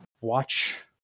watch